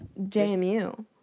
JMU